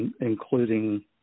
including